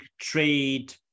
trade